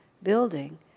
building